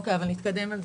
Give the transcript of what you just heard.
אבל נתקדם.